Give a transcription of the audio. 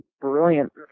brilliant